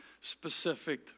specific